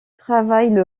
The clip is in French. travaillent